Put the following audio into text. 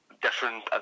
different